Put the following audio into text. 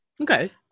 Okay